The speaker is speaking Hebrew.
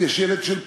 אם יש פג,